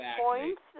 points